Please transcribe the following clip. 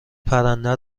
پرنده